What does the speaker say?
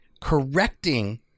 correcting